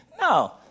No